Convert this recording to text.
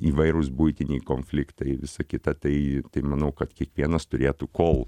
įvairūs buitiniai konfliktai visa kita tai manau kad kiekvienas turėtų kol